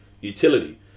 Utility